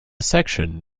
section